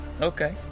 Okay